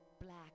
Black